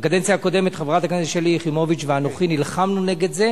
בקדנציה הקודמת חברת הכנסת שלי יחימוביץ ואנוכי נלחמנו נגד זה.